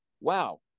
wow